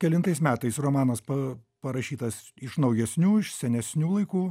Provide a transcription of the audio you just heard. kelintais metais romanas parašytas iš naujesnių iš senesnių laikų